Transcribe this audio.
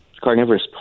carnivorous